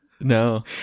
No